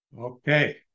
Okay